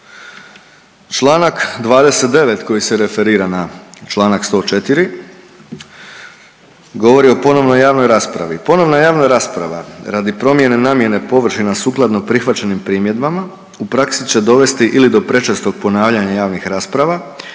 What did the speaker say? Članak 29. koji se referira na članak 104. govori o ponovnoj javnoj raspravi. Ponovna javna rasprava radi promjene namjene površina sukladno prihvaćenim primjedbama u praksi će dovesti ili do prečestog ponavljanja javnih rasprava